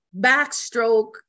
backstroke